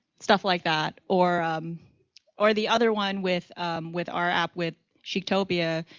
stuff like that. or or the other one with with our app with chictopia,